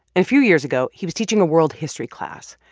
and a few years ago, he was teaching a world history class.